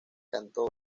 cantó